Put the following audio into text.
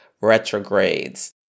retrogrades